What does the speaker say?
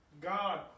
God